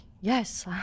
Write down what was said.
yes